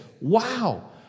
wow